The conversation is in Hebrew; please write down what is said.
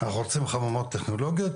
אנחנו רוצים חממות טכנולוגיות,